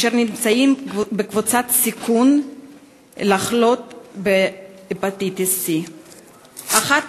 אשר נמצאים בקבוצת סיכון לחלות בהפטיטיס C. אחת